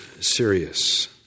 serious